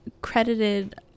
credited